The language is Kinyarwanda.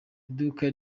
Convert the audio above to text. iduka